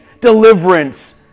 deliverance